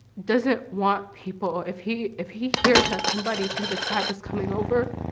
doesn't want people if he if he hears that somebody from the tribe is coming over,